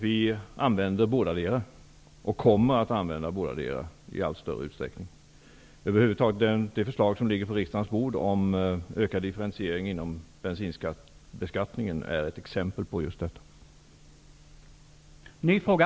Vi använder bådadera och kommer att använda bådadera i allt större utsträckning. Det förslag som ligger på riksdagens bord om ökad differentiering inom bensinbeskattningen är ett exempel på just detta.